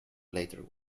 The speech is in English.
later